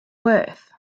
worth